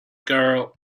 girl